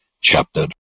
chapter